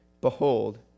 behold